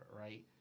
right